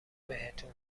بهتون